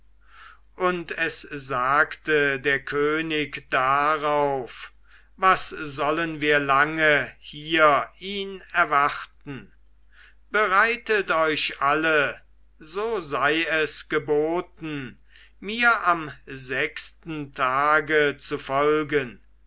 und es sagte der könig darauf was sollen wir lange hier ihn erwarten bereitet euch alle so sei es geboten mir am sechsten tage zu folgen